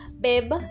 babe